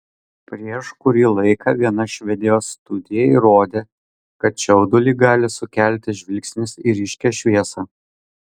prieš kurį laiką viena švedijos studija įrodė kad čiaudulį gali sukelti žvilgsnis į ryškią šviesą